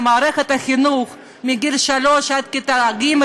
מערכת החינוך מגיל שלוש עד כיתה ג',